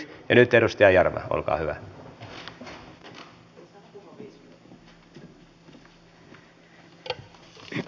ja nyt edustaja jarva olkaa hyvä